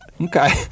Okay